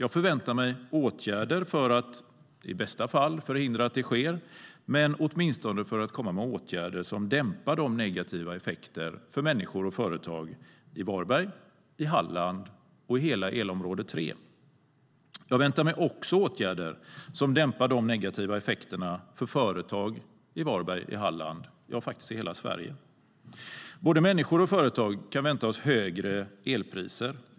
Jag förväntar mig åtgärder för att i bästa fall förhindra att det sker och åtminstone för att komma med åtgärder som dämpar negativa effekter för människor och företag i Varberg, i Halland och i hela elområde 3.Jag förväntar mig också åtgärder som dämpar de negativa effekterna för företag i Varberg, Halland, ja faktiskt hela Sverige. Både människor och företag kan vänta sig högre elpriser.